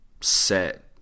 set